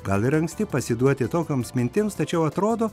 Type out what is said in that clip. gal ir anksti pasiduoti tokioms mintims tačiau atrodo